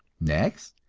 next,